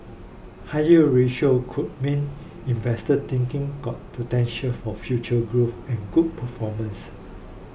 higher ratio could mean investors think got potential for future growth and good performance